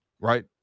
Right